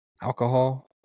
alcohol